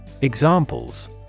Examples